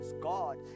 God